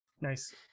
Nice